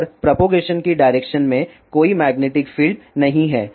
और प्रोपागेशन की डायरेक्शन में कोई मैग्नेटिक फील्ड नहीं है